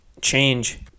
change